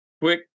Quick